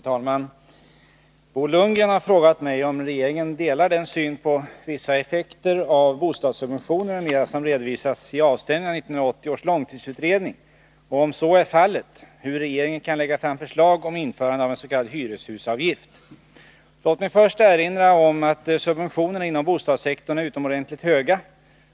Fru talman! Bo Lundgren har frågat mig om regeringen delar den syn på vissa effekter av bostadssubventioner m.m. som redovisas i avstämningen av 5 1980 års långtidsutredning och — om så är fallet — hur regeringen kan lägga fram förslag om införande av en s.k. hyreshusavgift. Låt mig först erinra om att subventionerna inom bostadssektorn är utomordentligt höga